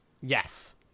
Yes